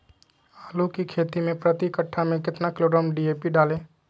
आलू की खेती मे प्रति कट्ठा में कितना किलोग्राम डी.ए.पी डाले?